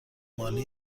مالی